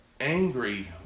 angry